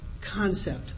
concept